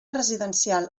residencial